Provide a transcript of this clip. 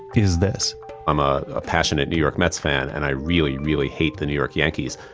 is this i'm a ah passionate new york mets fan and i really, really hate the new york yankees.